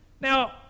Now